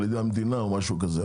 על ידי המדינה או משהו כזה.